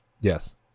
Yes